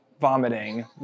vomiting